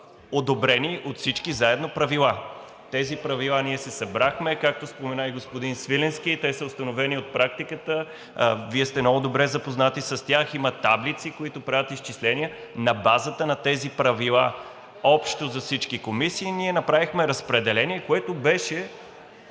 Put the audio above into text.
одобрени от всички заедно правила. Тези правила, ние се събрахме, както спомена и господин Свиленски, и те са установени от практиката. Вие сте много добре запознати с тях, има таблици, които правят изчисления. На базата на тези правила общо за всички комисии ние направихме разпределение, което беше